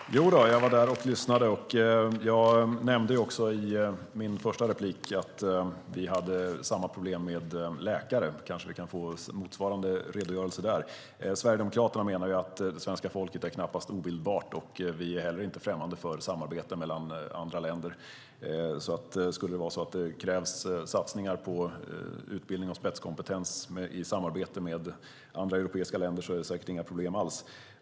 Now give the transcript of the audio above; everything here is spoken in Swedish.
Herr talman! Jodå, jag var där och lyssnade. Jag nämnde också i min första replik att vi hade samma problem med läkare. Vi kanske kan få motsvarande redogörelse på den punkten. Sverigedemokraterna menar att svenska folket knappast är obildbart, och vi är heller inte främmande för samarbete med andra länder, så skulle det vara så att det krävs satsningar på utbildning och spetskompetens i samarbete med andra europeiska länder är det säkert inga problem alls.